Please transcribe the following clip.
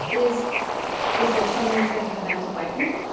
is is there something that's going to come back to bite me?